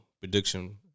prediction